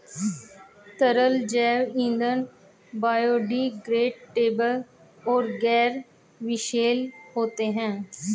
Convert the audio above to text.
तरल जैव ईंधन बायोडिग्रेडेबल और गैर विषैले होते हैं